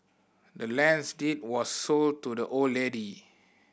the land's deed was sold to the old lady